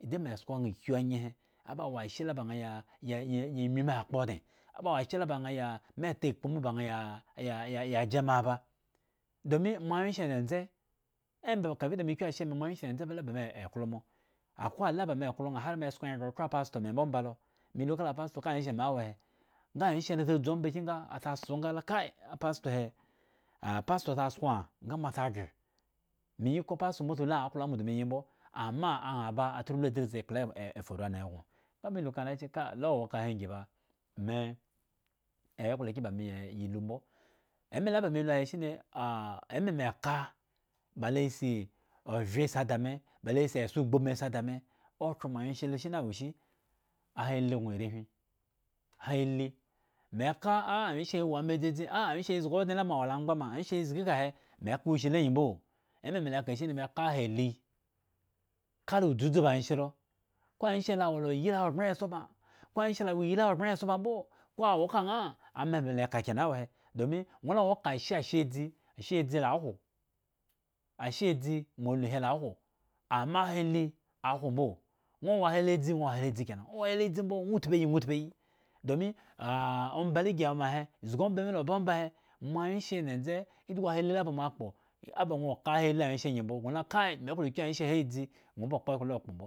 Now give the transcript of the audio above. Inde me sko ŋha anyehe aba wo ashela baŋha ya ya ŋyuŋme ya kpo odŋe aba wo ashe la baŋhaya meta kpu mbo ba ŋha ya yayaja me aba domi moawyenshe dzendze embaba ba kafii da me kyu ashe me moawyenshi dzendze la bame eklo mo akwe ala ba me klo ŋha hare me sko ŋhaghre okhro apasto me mbo omba lo, melu kala apasto ka awyenshe me awo he nga awyenshe lo dzu omba kyin nga sa kso nga la kai apasto he a apasto sa a sko ŋha nga mo saghre me yi ko pasto mbo sa lu aŋha klo ŋha mudo me yi mbo, ama aŋha ba atra lu adridzi ekpla la faru ane gŋo nga melu kaŋha lo wo kahe angyi ba me ewo ekpla kyin ba meya lumbo eme la ba me lu ahe shine eme me kaba lo asi ovye asi da me, ba lo si eson gbubin si ada me okhro moawyenshe lo shine awo ishi ahali gŋo arehwin ahahi meka ah awyenshi he wo ma dzadzi, ah awyenshe azgi odŋe la mo awo amgba ma, awyenshehe azgi ka he, meka uhi lo angyi mbo eme me laka shine me ka ahahi kala udzudzu awyenshe lo ko awyenshe lo awola iyli ahogbren eson baŋ ko awyenshe lo awo la iyli ahogbren eson baŋ mbo, ko awo ka ŋha eme mela kakena wo he, domi ŋwo lu aŋwo ka ashe ashe eadzi, asheadzi la hwo, asheadzi moalu hila hwo ama hali ahwo mbo ŋwo wo hali adziŋwo wo hali adzi kena, ŋwo hali hali adzi mbo ŋwo tpuayi ŋwo tpuayi domi ah omba la gi wo mahe zgi omba milo ba ombahe moawyenshe dzendze idhgu hali la kpo oba ŋwo ka hali awyenshe angyi mbo gŋo la kai me klo kyu awyenshehe adzi ŋwo ba kpo ekpla la kpo mbo.